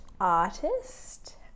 artist